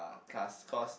class cause